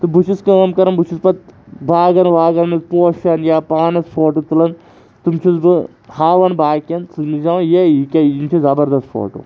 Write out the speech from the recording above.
تہٕ بہٕ چھُس کٲم کَران بہٕ چھُس پَتہٕ باغن واغن منٛز پوشَن یا پانَس فوٹو تُلان تِم چھُس بہٕ ہاوان باقین تِم چھِ دَپان ہے یہِ کیاہ یہِ چھُ زَبردس فوٹو